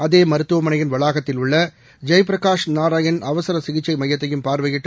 அதேமருத்துவமனையின் வளாகத்தில் உள்ளஜெயபிரகாஷ் நாராயண் அவசரசிகிச்சைமையத்தையும் பார்வையிட்டு